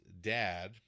dad